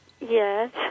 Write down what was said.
Yes